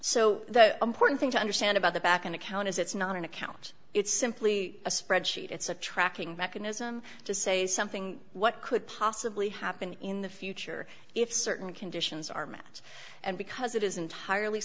so the important thing to understand about the bakken account is it's not an account it's simply a spreadsheet it's a tracking mechanism to say something what could possibly happen in the future if certain conditions are met and because it is entirely